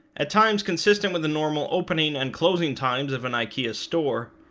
at times consistent with the normal opening and closing times of an ikea store,